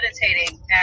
meditating